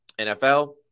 NFL